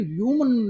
human